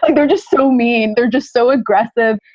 like they're just so mean. they're just so aggressive.